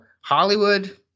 Hollywood